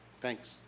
Thanks